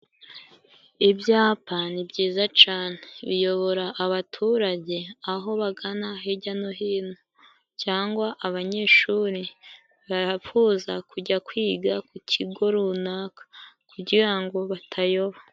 Ibyapa nibyiza cane biyibora abaturage aho bagana hirya no hino, cyangwa abanyeshuri bifuza kujya kwiga ku kigo runaka kugira ngo batayoba.